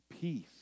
peace